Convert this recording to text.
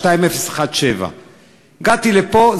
מס' 2017. הגעתי לפה,